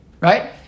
Right